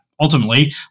ultimately